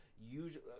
usually